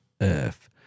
Earth